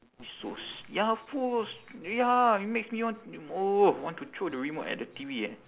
so s~ ya of course ya it makes me want want to throw the remote at the T_V eh